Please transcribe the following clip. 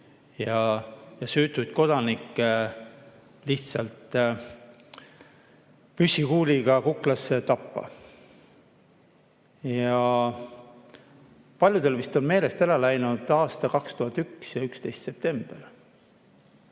ja süütuid kodanikke lihtsalt püssikuuliga kuklasse tappa. Paljudel vist on meelest ära läinud aasta 2001 ja 11. september,